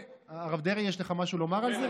הרב דרעי, יש לך משהו לומר על זה?